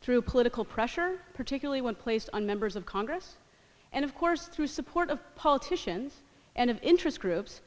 through political pressure particularly when placed on members of congress and of course through support of politicians and of interest groups